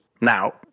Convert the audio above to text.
Now